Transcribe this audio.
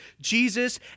Jesus